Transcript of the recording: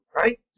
right